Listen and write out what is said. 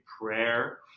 prayer